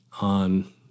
on